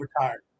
retired